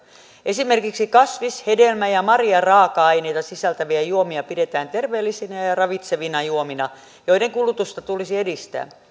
esimerkiksi kasvis hedelmä ja marjaraaka aineita sisältäviä juomia pidetään terveellisinä ja ja ravitsevina juomina joiden kulutusta tulisi edistää